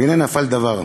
והנה נפל דבר,